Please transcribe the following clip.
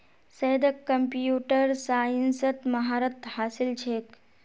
सैयदक कंप्यूटर साइंसत महारत हासिल छेक